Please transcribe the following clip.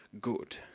good